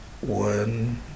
One